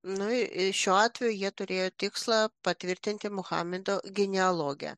nu ir šiuo atveju jie turėjo tikslą patvirtinti mahometo genealogiją